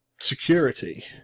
security